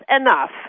enough